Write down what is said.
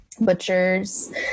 butchers